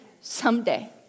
someday